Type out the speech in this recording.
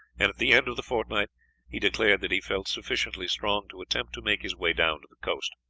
and at the end of the fortnight he declared that he felt sufficiently strong to attempt to make his way down to the coast.